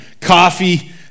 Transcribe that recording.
coffee